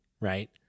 right